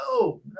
No